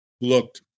looked